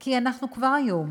כי אנחנו כבר היום,